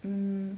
mm